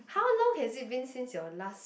how long he isn't been since your last